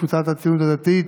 קבוצת סיעת הציונות הדתית,